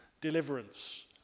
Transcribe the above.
deliverance